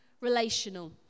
relational